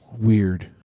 weird